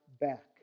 back